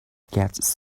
gets